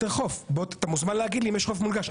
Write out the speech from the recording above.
אתה מוזמן להגיד לי אם יש חוף מונגש.